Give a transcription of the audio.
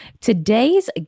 Today's